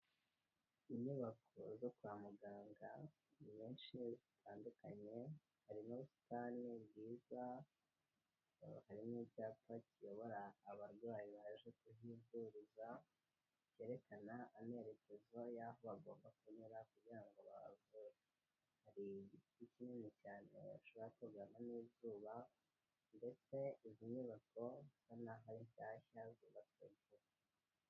Inyubako zo kwa muganga, ni benshi bitandukanye. Harimo ubusitani bwiza, hari n'icyapa kiyobora abarwayi baje kuhivuriza, cyerekana amerekezo y'aho bagomba kunyura kugira ngo babavure. Hari igiti kinini cyane ushobora kugamamo izuba, ndetse izi nyubako ubona ko ari nshyashya, zubatswe vuba.